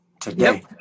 today